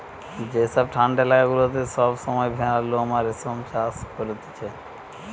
যেসব ঠান্ডা এলাকা গুলাতে সব সময় ভেড়ার লোম আর রেশম চাষ করতিছে